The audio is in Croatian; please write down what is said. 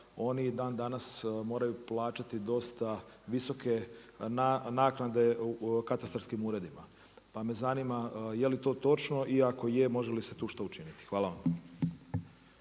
oni i dan danas moraju plaćati dosta visoke naknade u katastarskim uredima. Pa me zanima je li to točno i ako je može li se tu što učiniti? Hvala vam.